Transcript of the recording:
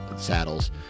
Saddles